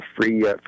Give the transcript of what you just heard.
free